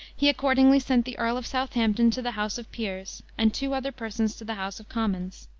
he accordingly sent the earl of southampton to the house of peers, and two other persons to the house of commons.